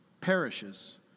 perishes